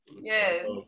Yes